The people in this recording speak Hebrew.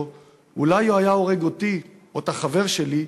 אולי הוא היה הורג אותי או את החבר שלי,